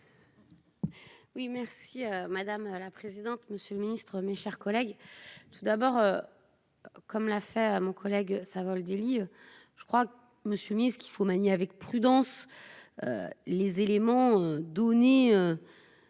Oui merci madame la présidente. Monsieur le Ministre, mes chers collègues. Tout d'abord. Comme l'a fait à mon collègue Savoldelli. Je crois Monsieur mise qu'il faut manier avec prudence. Les éléments donnés.